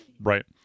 Right